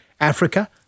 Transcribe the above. Africa